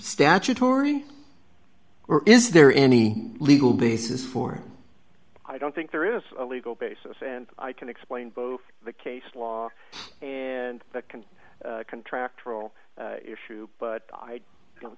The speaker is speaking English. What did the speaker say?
statutory or is there any legal basis for i don't think there is a legal basis and i can explain both the case law and can contract role issue but i don't